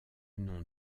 nom